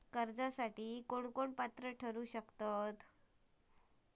कर्जासाठी कोण पात्र ठरु शकता?